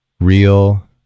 real